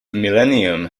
millennium